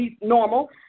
normal